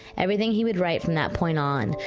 everything he would write from that point on,